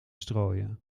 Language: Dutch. strooien